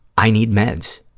i need meds.